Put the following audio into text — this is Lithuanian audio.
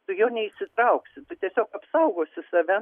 tu jo neįsitrauksi tu tiesiog apsaugosi save